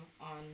on